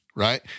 right